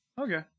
Okay